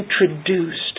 introduced